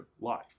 life